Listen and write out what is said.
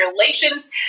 relations